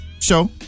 show